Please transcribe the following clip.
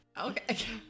Okay